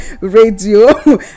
radio